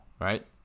right